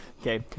Okay